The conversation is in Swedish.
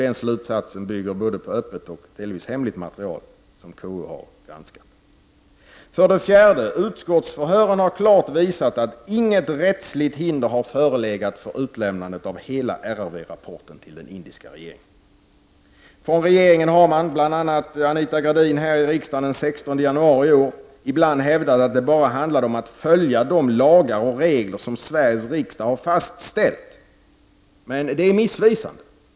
Denna slutsats bygger både på öppet och på delvis hemligt material som KU har tagit del av. För det fjärde har utskottsförhören klart visat att inget rättsligt hinder har förelegat för utlämnande av hela RRV-rapporten till den indiska regeringen. Från regeringen har man — bl.a. Anita Gradin här i riksdagen den 16 januari i år — ibland hävdat att det bara handlat om att följa de lagar och regler som Sveriges riksdag har beslutat om. Men detta är missvisande.